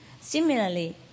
Similarly